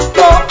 go